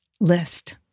list